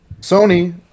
Sony